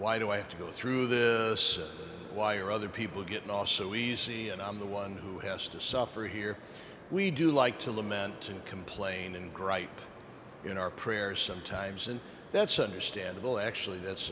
why do i have to go through this why are other people get it all so easy and i'm the one who has to suffer here we do like to lament and complain and gripe in our prayer sometimes and that's understandable actually that's